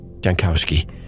Jankowski